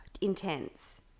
intense